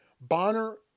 Bonner